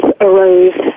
arose